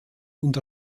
und